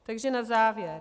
Takže na závěr.